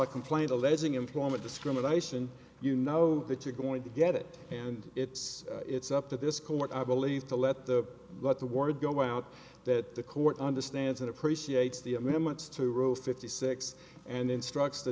a complaint alleging employment discrimination you know that you're going to get it and it's it's up to this court i believe to let the let the word go out that the court understands and appreciates the agreements to rule fifty six and instructs the